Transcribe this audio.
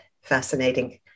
fascinating